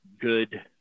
good